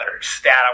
stat